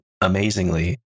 amazingly